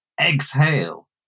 exhale